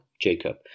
Jacob